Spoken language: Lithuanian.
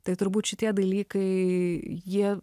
tai turbūt šitie dalykai jie